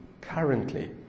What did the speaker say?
currently